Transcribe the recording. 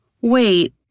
Wait